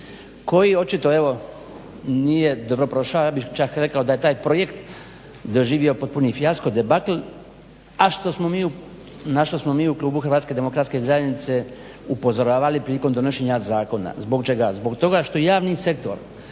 koji očito nije dobro prošao, ja bih čak rekao da je taj projekt doživio potpuni fijasko, debakl, na što smo mi u klubu HDZ-a upozoravali prilikom donošenja zakona. Zbog čega, zbog toga što javni sektor